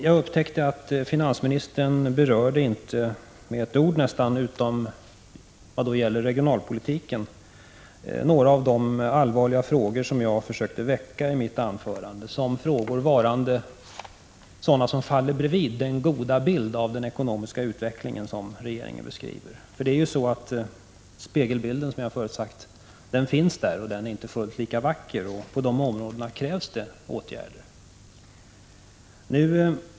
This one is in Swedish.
Jag upptäckte att finansministern inte med ett ord, utom vad gäller regionalpolitiken, berörde några av de allvarliga frågor som jag försökte väcka i mitt anförande, frågor som gäller sådant som faller bredvid den goda bilden av den ekonomiska utveckling som regeringen beskrivit. Spegelbilden finns där, som jag sade förut, och den är inte fullt lika vacker. På de områdena krävs det åtgärder.